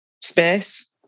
space